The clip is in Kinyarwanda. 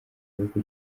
bihugu